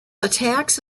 attacks